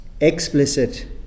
explicit